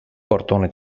portone